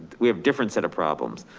we have different set of problems.